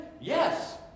Yes